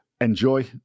enjoy